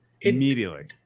immediately